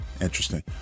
Interesting